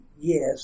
Yes